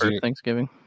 Thanksgiving